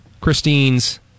Christine's